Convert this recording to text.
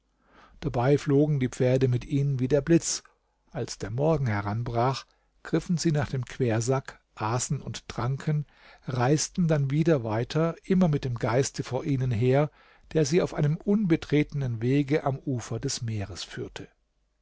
dabei flogen die pferd mit ihnen wie der blitz als der morgen heranbrach griffen sie nach dem quersack aßen und tranken reisten dann wieder weiter immer mit dem geiste vor ihnen her der sie auf einem unbetretenen wege am ufer des meers führte